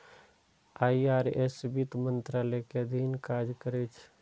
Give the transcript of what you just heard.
IRS वित्त मंत्रालय के अधीन काज करै छै